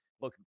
look